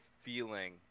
feeling